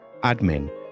Admin